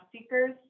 seekers